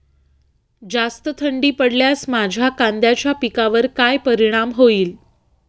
जास्त थंडी पडल्यास माझ्या कांद्याच्या पिकावर काय परिणाम होईल?